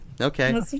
okay